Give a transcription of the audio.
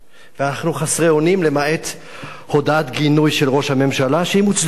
ואנחנו חסרי אונים למעט הודעת גינוי של ראש הממשלה שהיא מוצדקת,